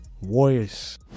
Warriors